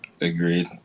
Agreed